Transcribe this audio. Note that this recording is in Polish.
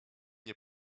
nie